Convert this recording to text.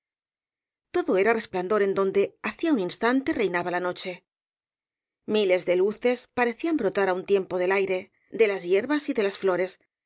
todo era resplandor en donde hacía u n instante reinaba la noche miles de luces parecían brotar á un tiempo del aire de las hierbas y de las flores